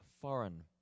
foreign